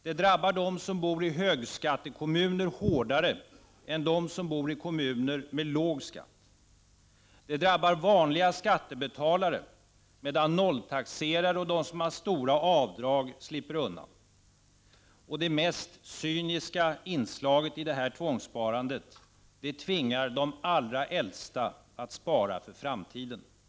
Det drabbar dem som bor i högskattekommuner hårdare än dem som bor i kommuner med låg skatt. Det drabbar vanliga skattebetalare, medan nolltaxerare och de som har stora avdrag slipper undan. Och det mest cyniska inslaget i detta tvångssparande: det tvingar de allra äldsta att spara för framtiden. Herr talman!